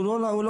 הוא לא היה,